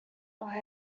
but